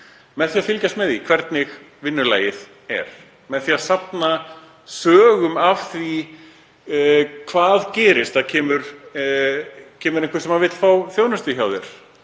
með því að fylgjast með því hvernig vinnulagið er og með því að safna sögum af því hvað gerist. Þegar einhver kemur til að fá þjónustu hjá þér,